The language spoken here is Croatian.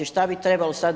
Što bi trebalo sad?